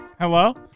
Hello